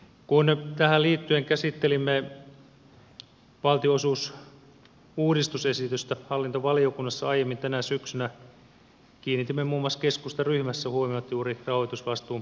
kun tähän liittyen käsittelimme valtionosuusuudistusesitystä hallintovaliokunnassa aiemmin tänä syksynä kiinnitimme keskustaryhmässä huomiota muun muassa juuri rahoitusvastuun periaatteeseen